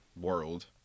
world